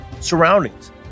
surroundings